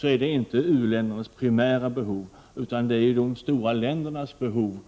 Det är inte u-ländernas primära behov utan de stora ländernas behov